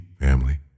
family